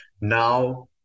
now